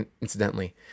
incidentally